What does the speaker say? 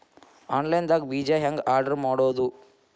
Online ದಾಗ ಬೇಜಾ ಹೆಂಗ್ ಆರ್ಡರ್ ಮಾಡೋದು?